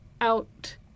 out